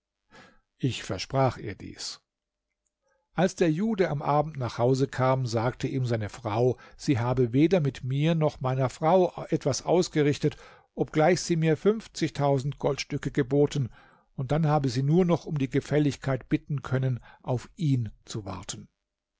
ich versprach ihr dies als der jude am abend nach hause kam sagte ihm seine frau sie habe weder mit mir noch meiner frau etwas ausgerichtet obgleich sie mir fünfzigtausend goldstücke geboten und dann habe sie nur noch um die gefälligkeit bitten können auf ihn zu warten